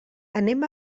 anem